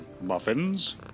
Muffins